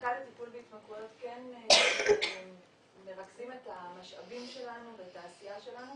במחלקה לטיפול בהתמכרויות כן מרכזים את המשאבים שלנו ואת העשייה שלנו